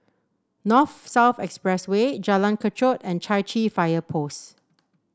North South Expressway Jalan Kechot and Chai Chee Fire Post